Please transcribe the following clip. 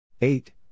Eight